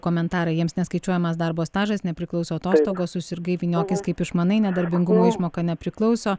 komentarą jiems neskaičiuojamas darbo stažas nepriklauso atostogos susirgai vyniokis kaip išmanai nedarbingumo išmoka nepriklauso